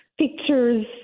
pictures